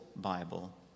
bible